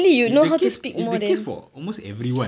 it's the case it's the case for almost everyone